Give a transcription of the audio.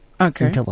Okay